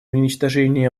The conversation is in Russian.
уничтожения